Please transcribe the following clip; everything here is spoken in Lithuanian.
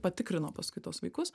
patikrino paskui tuos vaikus